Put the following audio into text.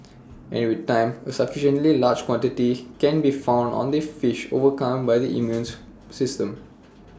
and with time A sufficiently large quantity can be found on the fish overcome by the immune system